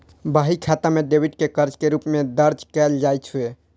बही खाता मे डेबिट कें कर्ज के रूप मे दर्ज कैल जाइ छै